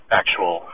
actual